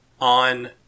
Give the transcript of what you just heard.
on